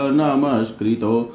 namaskrito